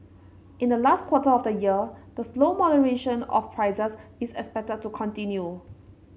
in the last quarter of the year the slow moderation of prices is expected to continue